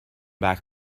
back